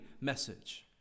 message